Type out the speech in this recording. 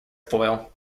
foil